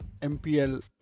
MPL